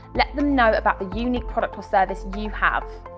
let them know about the unique product or service you have!